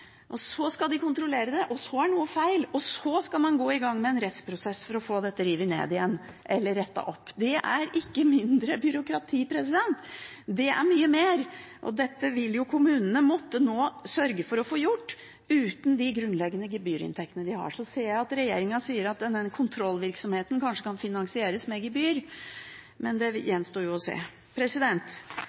engang. Så skal de kontrollere det og finner at noe er feil, og så skal man gå i gang med en rettsprosess for å det revet ned igjen eller rettet opp. Det blir ikke mindre byråkrati, det blir mye mer. Dette vil kommunene nå måtte sørge for å få gjort uten de grunnleggende gebyrinntektene de har. Så ser jeg at regjeringen sier at denne kontrollvirksomheten kanskje kan finansieres med gebyr, men det gjenstår å se.